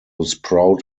sprout